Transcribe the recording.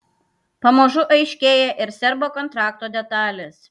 pamažu aiškėja ir serbo kontrakto detalės